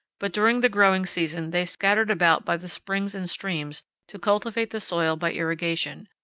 but during the growing season they scattered about by the springs and streams to cultivate the soil by irrigation,